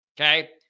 Okay